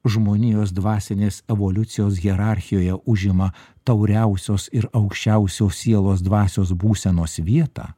žmonijos dvasinės evoliucijos hierarchijoje užima tauriausios ir aukščiausios sielos dvasios būsenos vietą